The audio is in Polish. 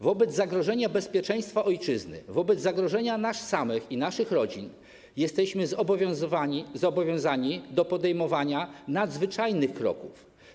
Wobec zagrożenia bezpieczeństwa ojczyzny, wobec zagrożenia nas samych i naszych rodzin jesteśmy zobowiązani do podejmowania nadzwyczajnych kroków.